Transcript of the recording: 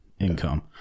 income